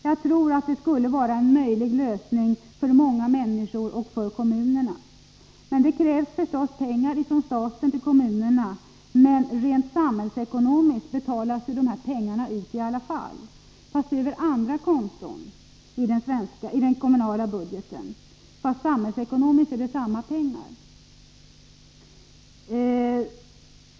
Jag tror att det skulle vara en möjlig lösning för många människor och för kommunerna. Det krävs förstås pengar från staten till kommunerna, men rent samhällsekonomiskt betalas ju dessa pengar ut i alla fall — fast över andra konton i den kommunala budgeten. Samhällsekonomiskt är det som sagt samma pengar.